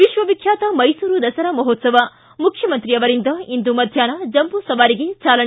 ವಿಕ್ವವಿಖ್ಯಾತ ಮೈಸೂರು ದಸರಾ ಮಹೋತ್ತವ ಮುಖ್ಯಮಂತ್ರಿ ಆವರಿಂದ ಇಂದು ಮಧ್ಯಾಹ್ನ ಜಂಬೂ ಸವಾರಿಗೆ ಚಾಲನೆ